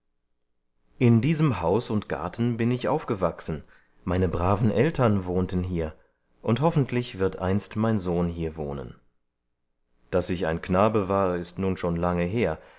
in diesem haus und garten bin ich aufgewachsen meine braven eltern wohnten hier und hoffentlich wird einst mein sohn hier wohnen daß ich ein knabe war ist nun schon lange her